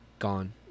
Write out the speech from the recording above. gone